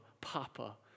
Papa